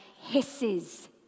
hisses